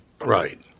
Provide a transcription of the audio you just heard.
right